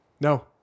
No